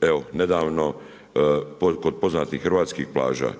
evo nedavno, kod poznatih hrvatskih plaža.